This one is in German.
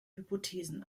hypothesen